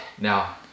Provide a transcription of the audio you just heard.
Now